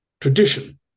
tradition